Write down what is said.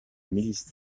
milice